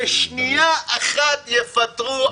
בשנייה אחת יפטרו.